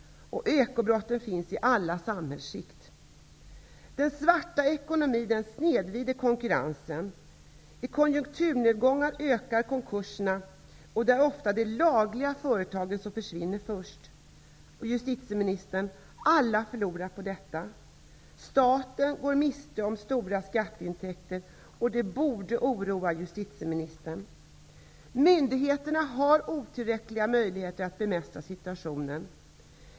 Ekobrotten förekommer i alla samhällsskikt. Den svarta ekonomin snedvrider konkurrensen. I konjunkturnedgångar ökar antalet konkurser, och det är ofta de lagliga företagen som försvinner först. Alla förlorar på detta, justitieministern! Staten går miste om stora skatteintäkter, och det borde oroa justitieministern. Myndigheterna har inte tillräckliga möjligheter att bemästra situationen.